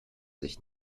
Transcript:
sich